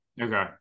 Okay